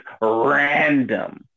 random